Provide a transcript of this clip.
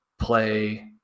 play